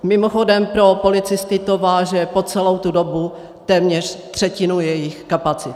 Mimochodem pro policisty to váže po celou tu dobu téměř třetinu jejich kapacity.